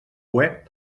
web